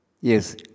yes